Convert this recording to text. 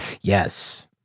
Yes